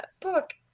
book